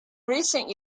recent